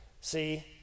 See